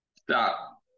Stop